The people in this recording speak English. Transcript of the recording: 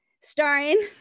starring